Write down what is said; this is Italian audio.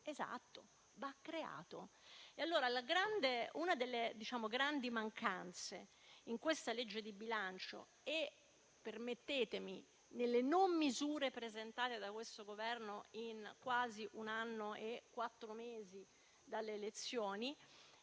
Esatto, va creato. Una delle grandi mancanze di questa legge di bilancio e - permettetemi - delle non misure presentate da questo Governo in quasi un anno e quattro mesi dalle elezioni